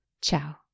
Ciao